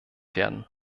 werden